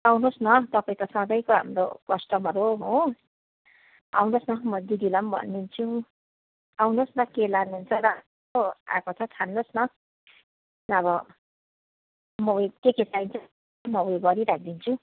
आउनु होस् न तपाईँ त सधैँको हाम्रो कस्टमर हो हो आउनु होस् न म दिदीलाई भनिदिन्छु आउनु होस् न के लानु हुन्छ राम्रो आएको छ छान्नु होस् न र अब म के के चाहिन्छ म उयो गरिराखि दिन्छु